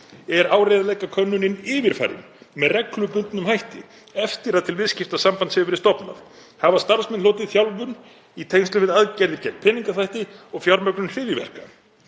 Er áreiðanleikakönnunin yfirfarin með reglubundnum hætti eftir að til viðskiptasambands hefur verið stofnað? Hafa starfsmenn hlotið þjálfun í tengslum við aðgerðir gegn peningaþvætti og fjármögnun hryðjuverka?